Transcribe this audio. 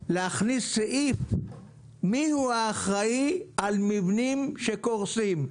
להכניס סעיף מי הוא האחראי על מבנים שקורסים.